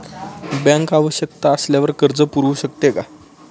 Bank आवश्यकता असल्यावर कर्ज पुरवू शकते का?